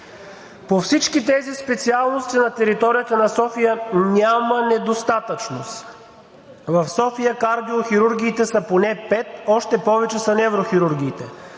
По всички тези специалности на територията на София няма недостатъчност. В София кардиохирургиите са поне пет, още повече са неврохирургиите.